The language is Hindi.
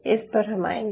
इस पर हम आएंगे